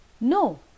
No